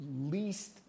least